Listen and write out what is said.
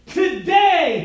today